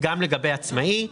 גם לגבי עצמאי".